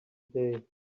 day